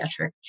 pediatric